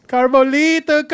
Carbolita